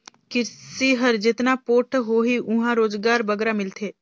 किरसी हर जेतना पोठ होही उहां रोजगार बगरा मिलथे